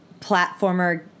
platformer